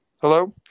Hello